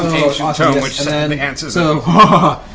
ancient tome which suddenly answers um but